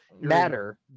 matter